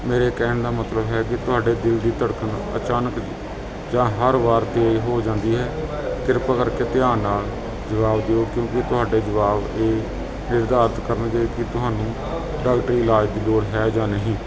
ਮੇਰੇ ਕਹਿਣ ਦਾ ਮਤਲਬ ਹੈ ਕਿ ਤੁਹਾਡੇ ਦਿਲ ਦੀ ਧੜਕਣ ਅਚਾਨਕ ਜਾਂ ਹਰ ਵਾਰ ਤੇਜ਼ ਹੋ ਜਾਂਦੀ ਹੈ ਕਿਰਪਾ ਕਰਕੇ ਧਿਆਨ ਨਾਲ ਜਵਾਬ ਦਿਓ ਕਿਉਂਕਿ ਤੁਹਾਡੇ ਜਵਾਬ ਇਹ ਨਿਰਧਾਰਤ ਕਰਨਗੇ ਕਿ ਤੁਹਾਨੂੰ ਡਾਕਟਰੀ ਇਲਾਜ ਦੀ ਲੋੜ ਹੈ ਜਾਂ ਨਹੀਂ